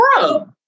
bro